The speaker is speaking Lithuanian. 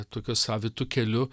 tokiu savitu keliu